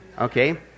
Okay